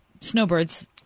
snowbirds